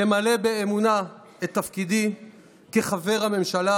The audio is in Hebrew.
למלא באמונה את תפקידי כחבר הממשלה